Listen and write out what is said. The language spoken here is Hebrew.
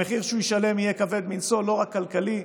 המחיר שהוא ישלם יהיה כבוד מנשוא לא רק כלכלי,